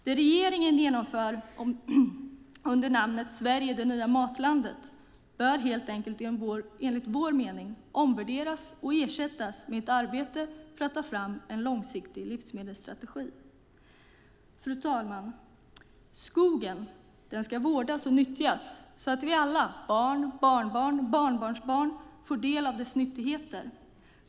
Det regeringen genomför under namnet "Sverige - det nya matlandet" bör helt enkelt enligt vår mening omvärderas och ersättas med ett arbete för att ta fram en långsiktig livsmedelsstrategi. Fru talman! Skogen ska vårdas och nyttjas så att vi alla, barn, barnbarn och barnbarnsbarn, får del av dess nyttigheter.